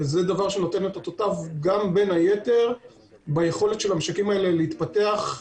וזה דבר שנותן את אותותיו בין היתר גם ביכולת המשקים האלה להתפתח,